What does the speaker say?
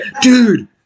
Dude